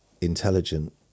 intelligent